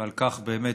ועל כך באמת,